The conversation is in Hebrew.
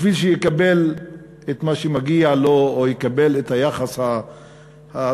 בשביל שיקבל את מה שמגיע לו או יקבל את היחס הטוב,